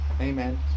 Amen